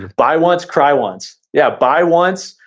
buy once, cry once. yeah, buy once,